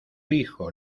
hijo